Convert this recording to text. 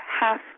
half